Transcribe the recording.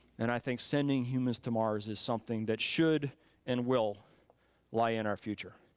and i think sending humans to mars is something that should and will lie in our future.